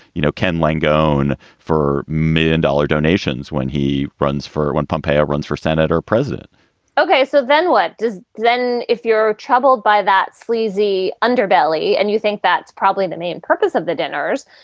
you know, ken langone for million dollar donations when he runs for when pompeya runs for senate or president ok. so then what does. then if you're troubled by that sleazy underbelly and you think that's probably the main purpose of the donors,